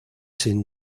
sin